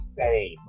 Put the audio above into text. fame